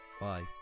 bye